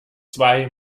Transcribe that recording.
zwei